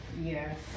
Yes